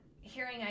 hearing